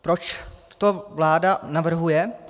Proč to vláda navrhuje?